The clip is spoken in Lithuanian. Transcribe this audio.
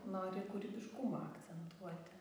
nori kūrybiškumą akcentuoti